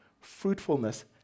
fruitfulness